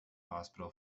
hospital